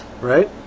right